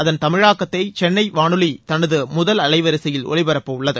அகன் தமிழாக்கத்தை சென்னை வானொலி தனது முதல் அலைவரிசையில் ஒலிபரப்ப உள்ளது